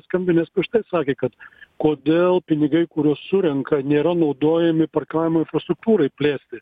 skambinęs prieš tai sakė kad kodėl pinigai kuriuos surenka nėra naudojami parkavimo infrastruktūrai plėsti